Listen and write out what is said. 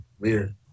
Weird